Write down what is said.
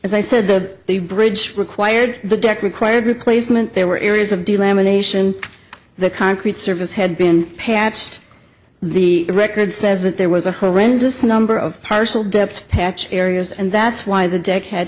as i said the bridge required the deck required replacement there were areas of the lamination the concrete surface had been patched the record says that there was a horrendous number of partial dept patch areas and that's why the deck had